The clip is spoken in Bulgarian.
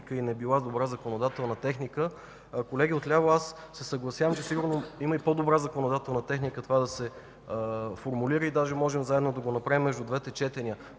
и не била добра законодателна техника. Колеги от ляво, аз се съгласявам. Сигурно има и по-добра законодателна техника това да се формулира и даже можем да го направим заедно между двете четения.